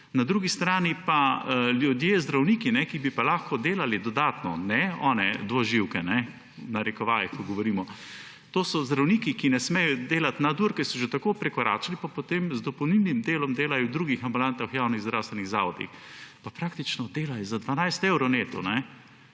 Na drugi strani pa ljudje, zdravniki, ki bi lahko delali dodatno – ne tiste »dvoživke« o katerih govorimo, to so zdravniki, ki ne smejo delati nadur, ker so že tako prekoračili – potem z dopolnilnim delom delajo v drugih ambulantah v javnih zdravstvenih zavodih, pa praktično delajo za 12 evrov neto.